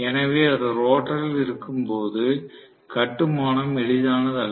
எனவே இது ரோட்டரில் இருக்கும்போது கட்டுமானம் எளிதானது அல்ல